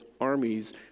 armies